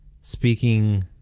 speaking